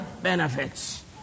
benefits